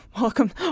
welcome